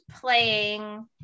playing